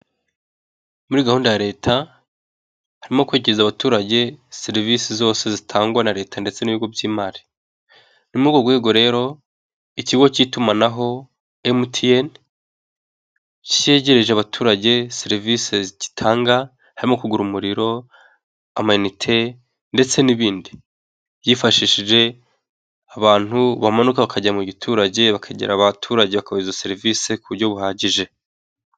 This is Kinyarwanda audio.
Muri gahunda ya Leta harimo kwegereza abaturage serivisi zose zitangwa na Leta ndetse n'ibigo by'imari. Ni muri urwo rwego rero, ikigo cy'itumanaho Emutiyeni cyegereje abaturage serivisi gitanga harimo kugura umuriro, amayinite ndetse n'ibindi. Kifashishije abantu bamanuka bakajya mu giturage bakagera abaturage bakabaha serivisi ku buryo buhagije.